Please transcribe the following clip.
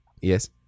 Yes